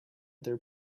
their